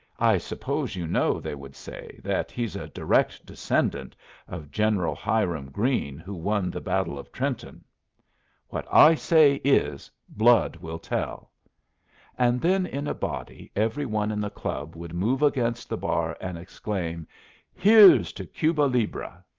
i suppose you know, they would say, that he's a direct descendant of general hiram greene, who won the battle of trenton what i say is, blood will tell and then in a body every one in the club would move against the bar and exclaim here's to cuba libre!